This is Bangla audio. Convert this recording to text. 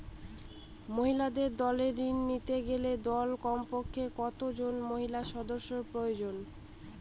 মহিলা দলের ঋণ নিতে গেলে দলে কমপক্ষে কত জন মহিলা সদস্য প্রয়োজন?